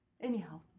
Anyhow